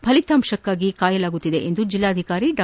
ಫಲಿತಾಂಶಕ್ಕಾಗಿ ಕಾಯಲಾಗುತ್ತಿದೆ ಎಂದು ಜಿಲ್ಲಾಧಿಕಾರಿ ಡಾ